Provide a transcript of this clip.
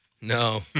No